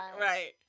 Right